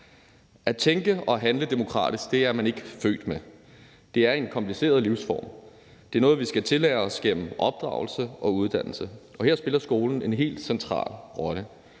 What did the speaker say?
at tænke og handle demokratisk er man ikke født med. Det er en kompliceret livsform. Det er noget, vi skal tillære os gennem opdragelse og uddannelse, og her spiller skolen en helt central rolle.